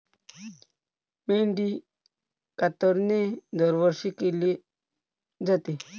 मेंढी कातरणे दरवर्षी केली जाते